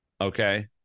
Okay